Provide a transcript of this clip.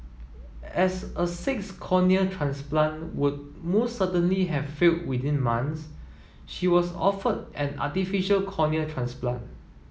as a sixth cornea transplant would most certainly have failed within months she was offered an artificial cornea transplant